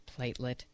Platelet